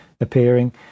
appearing